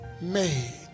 made